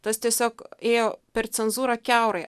tas tiesiog ėjo per cenzūrą kiaurai